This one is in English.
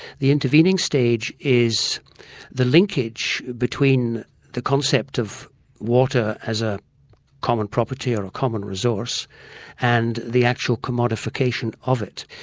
the intervening stage is the linkage between the concept of water as a common property or a common resource and the actual commodification of it.